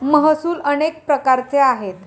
महसूल अनेक प्रकारचे आहेत